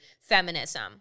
feminism